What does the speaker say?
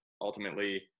ultimately